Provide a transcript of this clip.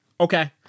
Okay